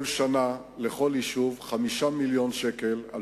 לכל יישוב 5 מיליוני שקלים כל שנה,